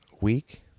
week